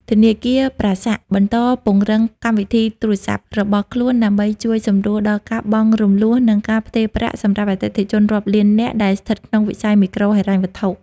ធនាគារ ប្រាសាក់ (Prasac) បន្តពង្រឹងកម្មវិធីទូរស័ព្ទរបស់ខ្លួន ដើម្បីជួយសម្រួលដល់ការបង់រំលស់ និងការផ្ទេរប្រាក់សម្រាប់អតិថិជនរាប់លាននាក់ដែលស្ថិតក្នុងវិស័យមីក្រូហិរញ្ញវត្ថុ។